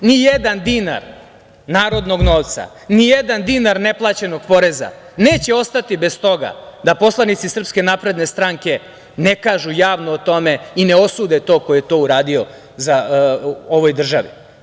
Nijedan dinar narodnog novca, nijedan dinar neplaćenog poreza neće ostati bez toga da poslanici Srpske napredne stranke ne kažu javno o tome i ne osude tog ko je to uradio ovoj državi.